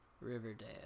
Riverdale